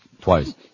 Twice